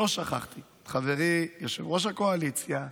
לא שכחתי את חברי ראש הקואליציה.